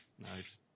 Nice